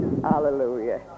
hallelujah